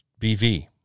BV